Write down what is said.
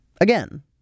Again